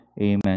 Amen